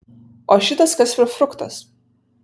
o šitas kas per fruktas